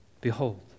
Behold